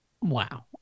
Wow